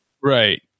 Right